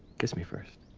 kiss me first.